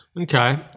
Okay